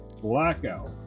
blackout